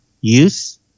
use